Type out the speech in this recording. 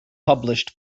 published